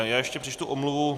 Já ještě přečtu omluvu.